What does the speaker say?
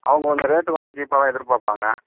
அவங்க கொஞ்சம் ரேட்டு கொஞ்சம் சீப்பாகதான் எதிர்பார்ப்பாங்க